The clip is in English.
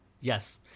Yes